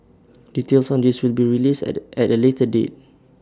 details on this will be released at the at A later date